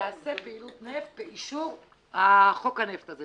יעשה פעילות נפט באישור חוק הנפט הזה.